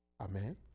Amen